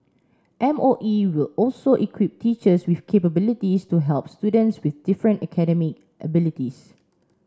M O E will also equip teachers with capabilities to help students with different academic abilities